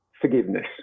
forgiveness